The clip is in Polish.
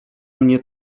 mnie